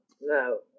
no